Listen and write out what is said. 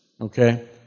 Okay